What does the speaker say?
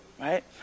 right